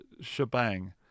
shebang